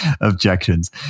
objections